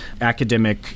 academic